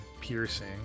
piercing